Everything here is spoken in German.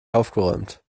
aufgeräumt